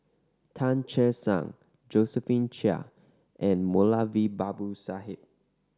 Tan Che Sang Josephine Chia and Moulavi Babu Sahib